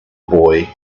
boy